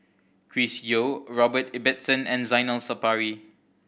Chris Yeo Robert Ibbetson and Zainal Sapari